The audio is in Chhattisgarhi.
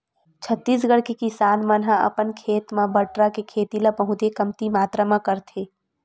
छत्तीसगढ़ के किसान मन ह अपन खेत म बटरा के खेती ल बहुते कमती मातरा म करथे